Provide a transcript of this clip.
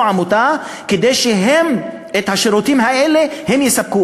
עמותה כדי שאת השירותים האלה הם יספקו,